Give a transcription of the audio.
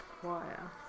Choir